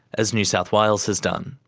as new south wales has done.